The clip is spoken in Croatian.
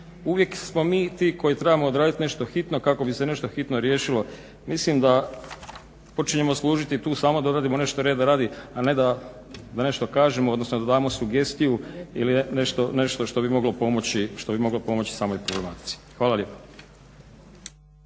Uvijek smo mi ti koji trebamo odraditi nešto hitno kako bi se nešto hitno riješilo. Mislim da počinjemo služiti tu samo da odradimo nešto rada radi a ne da nešto kažemo odnosno da damo sugestiju ili nešto što bi moglo pomoći samoj informaciji. Hvala lijepo.